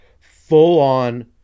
full-on